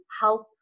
help